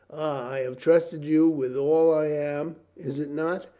i have trusted you with all i am. is it not?